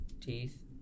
teeth